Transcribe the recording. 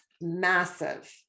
massive